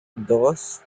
dos